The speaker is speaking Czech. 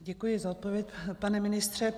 Děkuji za odpověď, pane ministře.